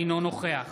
אינו נוכח